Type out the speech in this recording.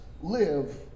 live